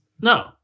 no